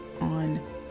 on